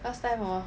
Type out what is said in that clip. last time hor